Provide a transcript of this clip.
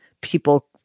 people